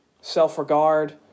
Self-regard